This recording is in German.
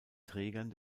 trägern